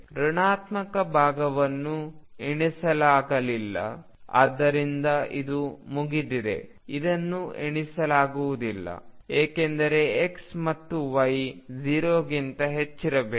ಋಣಾತ್ಮಕ ಭಾಗವನ್ನು ಎಣಿಸಲಾಗಿಲ್ಲ ಆದ್ದರಿಂದ ಇದು ಮುಗಿದಿದೆ ಇದನ್ನು ಎಣಿಸಲಾಗುವುದಿಲ್ಲ ಏಕೆಂದರೆ X ಮತ್ತು Y 0 ಗಿಂತ ಹೆಚ್ಚಿರಬೇಕು